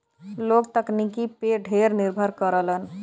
लोग तकनीकी पे ढेर निर्भर करलन